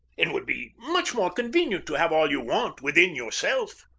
it would be much more convenient to have all you want within yourself.